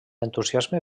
entusiasme